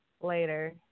later